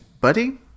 buddy